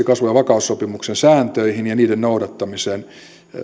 kasvu ja vakaussopimuksen sääntöihin ja ja niiden noudattamiseen